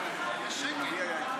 יש שקט.